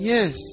Yes